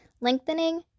lengthening